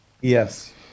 yes